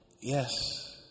Yes